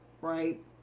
right